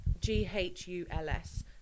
G-H-U-L-S